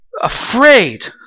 afraid